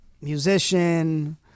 musician